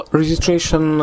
registration